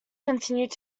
continued